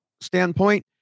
standpoint